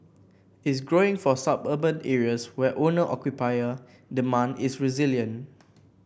is growing for suburban areas where owner occupier demand is resilient